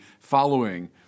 following